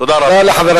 תודה רבה.